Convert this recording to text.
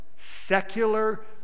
Secular